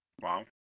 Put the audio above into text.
Wow